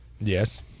Yes